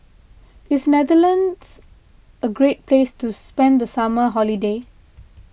is Netherlands a great place to spend the summer holiday